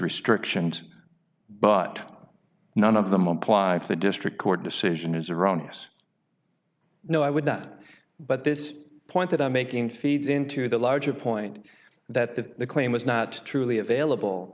restrictions but none of them applied to the district court decision is erroneous no i would that but this point that i'm making feeds into the larger point that the claim was not truly available